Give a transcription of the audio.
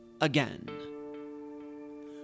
again